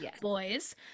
boys